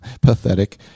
pathetic